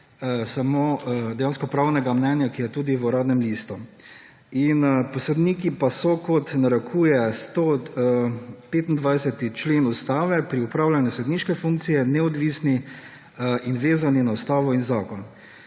samo pravnega mnenja, ki je tudi v Uradnem listu. »Sodniki pa so, kot narekuje 125. člen Ustave, pri opravljanju sodniške funkcije neodvisni, vezani na Ustavo in zakon.